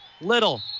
Little